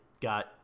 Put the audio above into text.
got